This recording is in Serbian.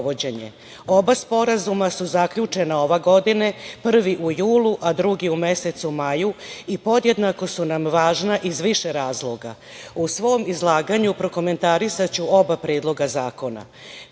sporazuma su zaključena ove godine, prvi u julu a drugi u mesecu maju i podjednako su nam važna, iz više razloga. U svom izlaganju prokomentarisaću oba predloga zakona. Predlog